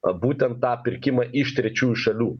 būtent tą pirkimą iš trečiųjų šalių